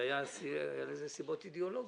היו לזה גם סיבות אידיאולוגיות.